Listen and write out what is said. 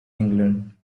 england